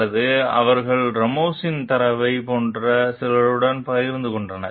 அல்லது அவர்கள் ராமோஸின் தரவைப் போன்ற சிலருடன் பகிர்ந்து கொண்டுள்ளனர்